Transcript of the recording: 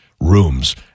rooms